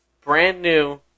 brand-new